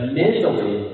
mentally